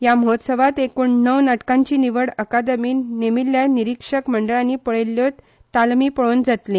ह्या महोत्सवांत एक्रण णव नाटकांची निवड अकादमीन नेमिल्ल्या निरिक्षक मंडळांनी पळयिल्ल्यो तालमी पळोवन जातली